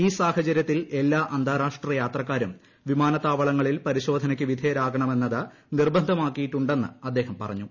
ഈ സാഹുചരൃത്തിൽ എല്ലാ അന്താരാഷ്ട്ര യാത്രാക്കാരും വിമാനത്താവള്ങ്ങളിൽ ് പരിശോധനയ്ക്ക് വിധേയരാകണമെന്നത് നിർബ്ന്ധമാക്കിയിട്ടുണ്ടെന്ന് അദ്ദേഹം പറഞ്ഞു